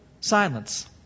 silence